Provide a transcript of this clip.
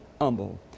humble